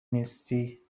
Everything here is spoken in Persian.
نیستی